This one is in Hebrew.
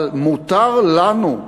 אבל מותר לנו,